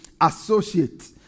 associate